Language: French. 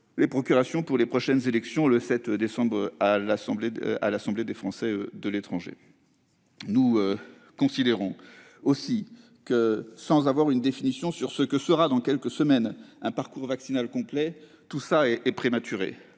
les procurations pour les prochaines élections, le 5 décembre 2021, à l'Assemblée des Français de l'étranger. Nous considérons enfin que, sans définition sur ce que sera, dans quelques semaines, un parcours vaccinal complet, tout cela est prématuré.